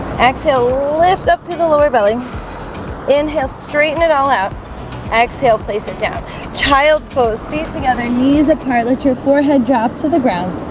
exhale lift up through the lower belly inhale straighten it all out exhale place it down child's pose feet together knees a tartlet yeah rapport head drop to the ground